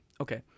okay